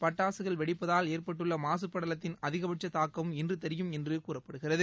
பட்டாசுகள் வெடிப்பதால் ஏற்பட்டுள்ள மாசு படலத்தின் அதிகபட்ச தாக்கம் இன்று தெரியும் என்று கூறப்படுகிறது